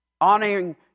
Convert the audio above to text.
Honoring